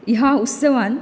ह्या उत्सवांत